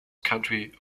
country